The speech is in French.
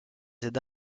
ailes